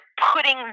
putting